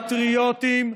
פטריוטים,